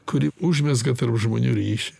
kuri užmezga tarp žmonių ryšį